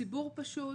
ציבור פשוט,